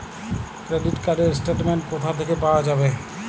Credit card র statement কোথা থেকে পাওয়া যাবে?